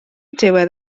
diwedd